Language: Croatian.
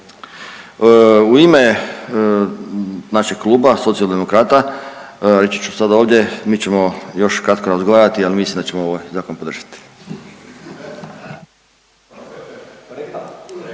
U ime našeg Kluba Socijaldemokrata, reći ću sad ovdje, mi ćemo još kratko razgovarati, ali mislim da ćemo ovaj Zakon podržati.